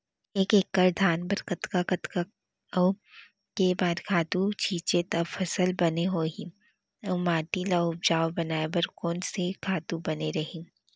एक एक्कड़ धान बर कतका कतका अऊ के बार खातू छिंचे त फसल बने होही अऊ माटी ल उपजाऊ बनाए बर कोन से खातू बने रही?